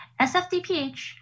SFDPH